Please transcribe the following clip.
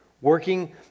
working